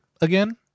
again